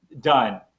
done